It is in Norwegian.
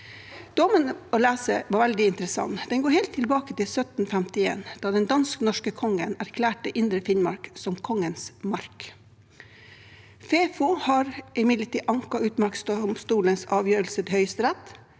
dommen var veldig interessant. Den går helt tilbake til 1751, da den dansk-norske kongen erklærte Indre Finnmark som Kongens mark. FeFo har imidlertid anket utmarksdomstolens avgjørelse til Høyesterett,